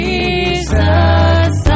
Jesus